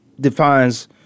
Defines